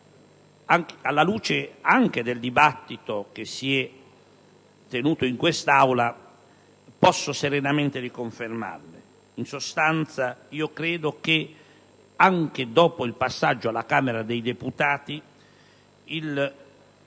alla luce del dibattito svolto in quest'Aula, posso serenamente riconfermarle. In sostanza, credo che anche dopo il passaggio alla Camera dei deputati il